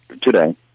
today